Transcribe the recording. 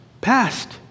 Past